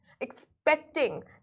expecting